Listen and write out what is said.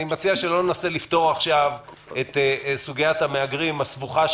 אני מציע שלא ננסה לפתור עכשיו את סוגיית המהגרים הסבוכה,